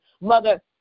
Mother